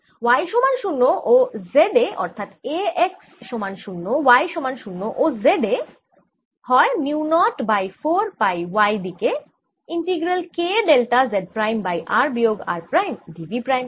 y সমান 0 ও z এ অর্থাৎ A x সমান 0 y সমান 0 ও z এ হয় mu nought by 4 pi y দিকে integral K delta Z prime by r বিয়োগ r prime d v prime